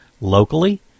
locally